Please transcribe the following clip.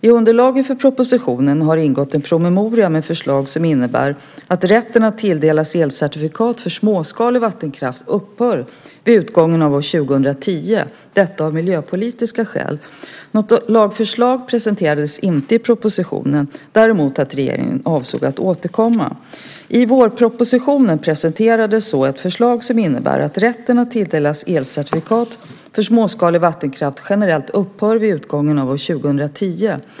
I underlaget för propositionen har ingått en promemoria med förslag som innebär att rätten att tilldelas elcertifikat för småskalig vattenkraft upphör vid utgången av år 2010, detta av miljöpolitiska skäl. Något lagförslag presenterades inte i propositionen, däremot att regeringen avsåg att återkomma. I vårpropositionen presenterades ett förslag som innebär att rätten att tilldelas elcertifikat för småskalig vattenkraft generellt upphör vid utgången av år 2010.